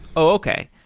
okay.